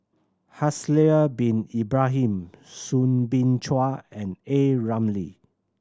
Haslir Bin Ibrahim Soo Bin Chua and A Ramli